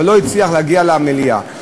אבל לא הצליח להגיע למליאה.